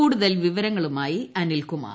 കൂടുൽ വിവരങ്ങളുമായി അനിൽകുമാർ